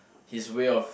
his way of